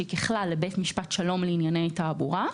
שהיא ככלל לבית משפט שלום לענייני תעבורה.